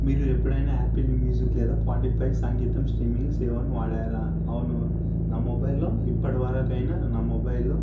మీరు ఎప్పుడైనా Apple Music లేదా స్పాటిఫై సంగీతం స్ట్రీమింగ్స్ ఏమన్నా వాడారా అవును నా మొబైల్లో ఇప్పడువరకు అయినా నా మొబైల్లో